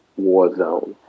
Warzone